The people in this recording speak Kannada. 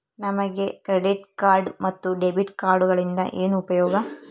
ನಮಗೆ ಕ್ರೆಡಿಟ್ ಕಾರ್ಡ್ ಮತ್ತು ಡೆಬಿಟ್ ಕಾರ್ಡುಗಳಿಂದ ಏನು ಉಪಯೋಗ?